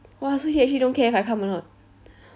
!wah! so he actually don't care if I come or not